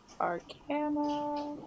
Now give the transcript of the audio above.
Arcana